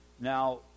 Now